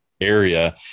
area